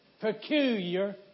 peculiar